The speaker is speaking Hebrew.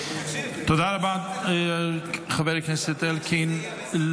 תודה רבה, חבר הכנסת אלקין.